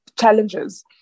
challenges